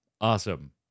awesome